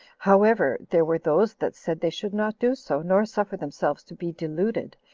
however, there were those that said they should not do so nor suffer themselves to be deluded,